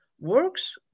works